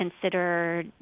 consider